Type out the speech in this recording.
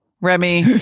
Remy